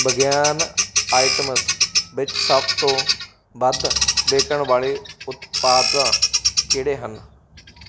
vegan items ਵਿੱਚ ਸਭ ਤੋਂ ਵੱਧ ਵਿਕਨ ਵਾਲੇ ਉਤਪਾਦਾਂ ਕਿਹੜੇ ਹਨ